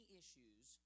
issues